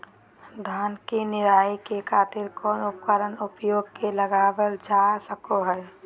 धान के निराई के खातिर कौन उपकरण उपयोग मे लावल जा सको हय?